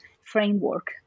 framework